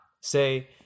say